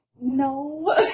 no